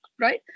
right